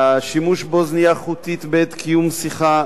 השימוש באוזנייה חוטית בעת קיום שיחה